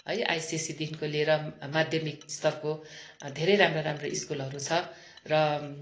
है आइसिएससिदेखिको लिएर माध्यमिक स्तरको धेरै राम्रा राम्राहरू स्कुलहरू छ र